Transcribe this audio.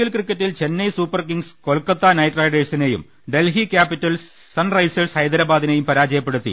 L ക്രിക്കറ്റിൽ Chennai Super Kings Kolkata നൈറ്റ്റൈഡേഴ്സിനെയും Delhi Capitals Sunrisers ഹൈദരാബാദിനെയും പരാജയപ്പെടുത്തി